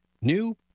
New